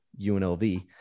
UNLV